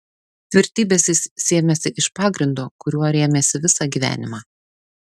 tvirtybės jis sėmėsi iš pagrindo kuriuo rėmėsi visą gyvenimą